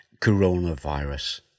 coronavirus